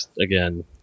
again